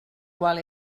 qual